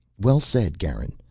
well said, garin.